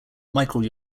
michael